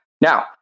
now